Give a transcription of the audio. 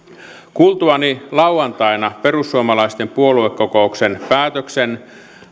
kuultuani lauantaina perussuomalaisten puoluekokouksen päätöksen